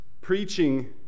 preaching